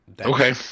Okay